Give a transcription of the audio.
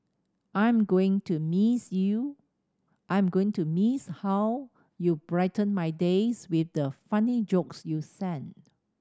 I am going to miss you I am going to miss how you brighten my days with the funny jokes you sent